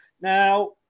Now